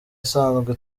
isanzwe